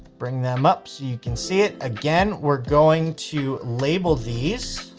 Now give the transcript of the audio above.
bring them up so you can see it. again we're going to label these.